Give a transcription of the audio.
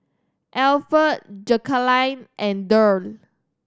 Alferd Jacalyn and Derl